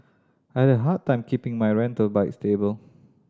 I had a hard time keeping my rental bike stable